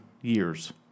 years